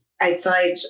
outside